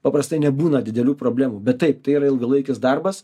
paprastai nebūna didelių problemų bet taip tai yra ilgalaikis darbas